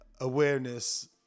awareness